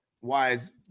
Wise